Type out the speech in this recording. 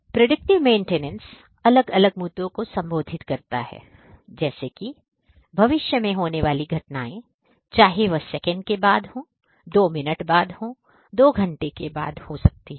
predictive maintenance अलग अलग मुद्दों को संबोधित करता है जैसे कि भविष्य में होने वाली घटनाएं चाहे वह सेकंड बाद दो मिनट बाद दो घंटे बादकी चीजें हो सकती हैं